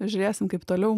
žiūrėsim kaip toliau